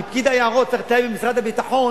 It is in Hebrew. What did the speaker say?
כי פקיד היערות צריך לתאם עם משרד הביטחון,